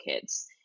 kids